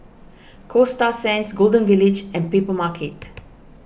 Coasta Sands Golden Village and Papermarket